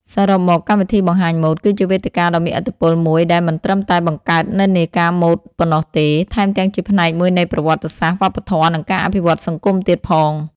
សរុបមក កម្មវិធីបង្ហាញម៉ូដ គឺជាវេទិកាដ៏មានឥទ្ធិពលមួយដែលមិនត្រឹមតែបង្កើតនិន្នាការម៉ូដប៉ុណ្ណោះទេ ថែមទាំងជាផ្នែកមួយនៃប្រវត្តិសាស្ត្រវប្បធម៌ និងការអភិវឌ្ឍសង្គមទៀតផង។